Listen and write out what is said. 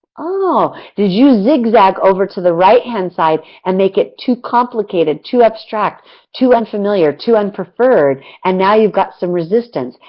ah you zigzag over to the right hand side and make it too complicated, too abstract, too unfamiliar, too unpreferred, and now you got some resistance.